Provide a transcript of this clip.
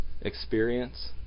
experience